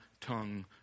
tongue